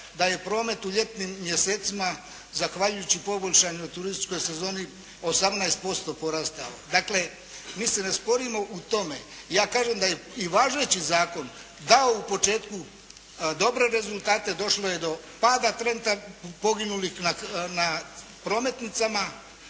da je promet u ljetnim mjesecima zahvaljujući poboljšanoj turističkoj sezoni 18% porastao. Dakle mi se ne sporimo u tome. Ja kažem da je i važeći zakon dao u početku dobre rezultate, došlo je do pada poginulih na prometnicama,